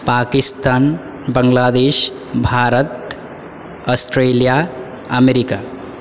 Pakistan Bangladesh Bharat Australia America